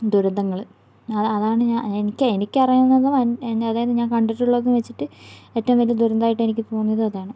ദുരന്തങ്ങൾ അത് അതാണ് ഞാൻ എനിക്ക് എനിക്ക് അറിയാവുന്നതും അതായത് ഞാൻ കണ്ടിട്ടുള്ളതും വച്ചിട്ട് ഏറ്റവും വലിയ ദുരന്തമായിട്ട് എനിക്ക് തോന്നിയത് അതാണ്